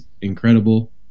incredible